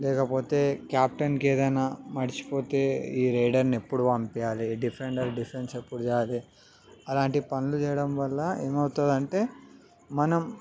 లేకపోతే కాప్టన్కి ఏదైనా మర్చిపోతే ఈ రైడర్ని ఎప్పుడు పంపించాలి డిఫెండర్ డిఫెన్స్ ఎప్పుడూ చేయాలి అలాంటి పనులు చేయడం వల్ల ఏమవుతుంది అంటే మనం